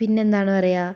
പിന്നെന്താണ് പറയാ